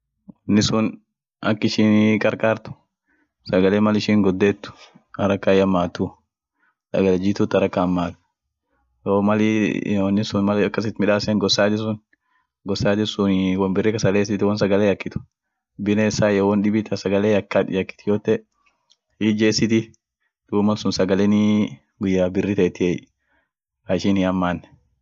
Wonisun akishinii kakart, sagale mal ishinii godeet, haraka ihamaatu, sagali jiituut haraka hamaat. duum wonisun mal akasat itmidaasen gosaati wonbiri kasaleesitii kasagale yakit bineesa iyo won dibi ta sagale yakit yote hiijesiti duubaten sagalen guya biri teetie ka ishin ihamaan.